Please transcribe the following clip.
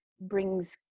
brings